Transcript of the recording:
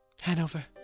Hanover